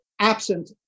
absent